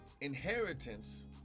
inheritance